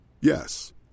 Yes